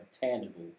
tangible